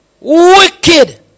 wicked